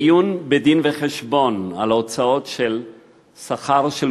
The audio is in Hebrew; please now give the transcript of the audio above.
בעיון בדין-וחשבון על הוצאות השכר של